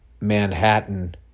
Manhattan